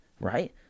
right